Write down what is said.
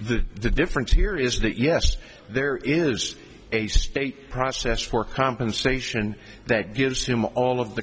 the difference here is that yes there is a state process for compensation that gives him all of the